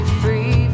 free